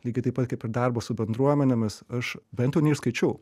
lygiai taip pat kaip ir darbo su bendruomenėmis aš bent jau neišskaičiau